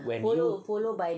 when you